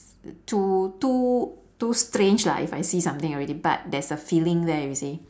too too too strange lah if I see something already but there's a feeling there you see